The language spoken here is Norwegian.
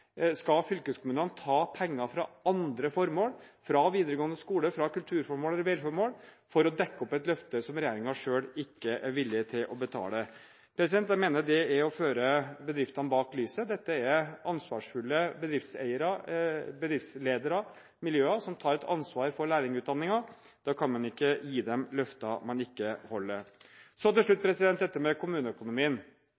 Skal fylkeskommunene ta penger fra andre formål, fra videregående skole, fra kulturformål eller veiformål, for å dekke opp et løfte som regjeringen selv ikke er villig til å betale? Jeg mener det er å føre bedriftene bak lyset. Dette er ansvarsfulle bedriftseiere, bedriftsledere og miljøer som tar et ansvar for lærlingutdanningen. Da kan man ikke gi dem løfter man ikke holder. Til slutt